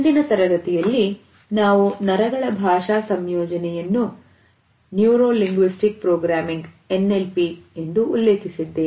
ಹಿಂದಿನ ತರಗತಿಯಲ್ಲಿ ನಾವು ನರಗಳ ಭಾಷಾ ಸಂಯೋಜನೆಯನ್ನು ಉಲ್ಲೇಖಿಸಿದ್ದೇನೆ